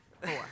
four